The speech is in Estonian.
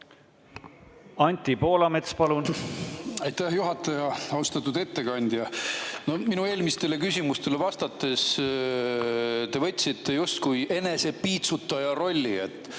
Anti Poolamets, palun! Aitäh, juhataja! Austatud ettekandja! Minu eelmisele küsimusele vastates te võtsite justkui enesepiitsutaja rolli,